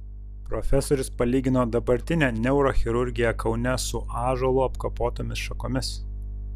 profesorius palygino dabartinę neurochirurgiją kaune su ąžuolu apkapotomis šakomis